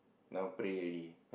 now pray already